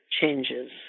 changes